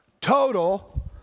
Total